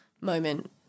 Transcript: moment